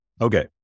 okay